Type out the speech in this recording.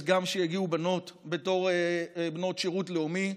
אז גם שיגיעו בנות בתור בנות שירות לאומי.